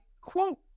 quote